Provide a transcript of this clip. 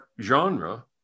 genre